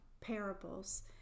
parables